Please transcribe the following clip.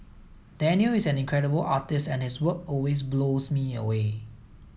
Danial is an incredible artist and his work always blows me away